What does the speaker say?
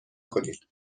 کنید